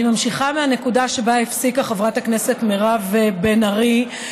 אני ממשיכה מהנקודה שבה הפסיקה חברת הכנסת מירב בן ארי.